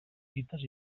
cites